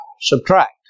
subtract